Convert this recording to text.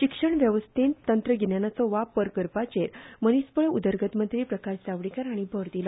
शिक्षण वेवस्थेंत तंत्रगिन्यानाचो वापर करपाचेर मनिसबळ उदरगत मंत्री प्रकाश जावडेकार हांणी भर दीलो